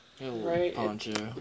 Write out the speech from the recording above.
right